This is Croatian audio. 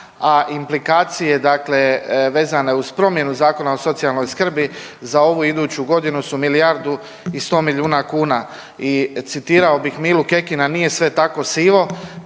a implikacije dakle vezane uz promjenu Zakona o socijalnoj skrbi za ovu i iduću godinu su milijardu i sto milijuna kuna. Citirao bih Milu Kekina nije sve tako sivo.